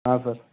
ಹಾಂ ಸರ್